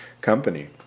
company